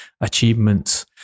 achievements